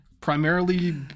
primarily